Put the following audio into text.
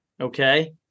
Okay